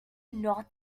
not